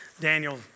Daniel